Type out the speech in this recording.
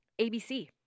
ABC